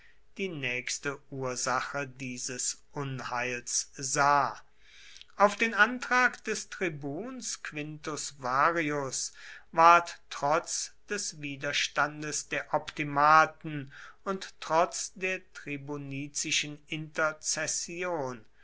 die nächste ursache dieses unheils sah auf den antrag des tribuns quintus varius ward trotz des widerstandes der optimaten und trotz der tribunizischen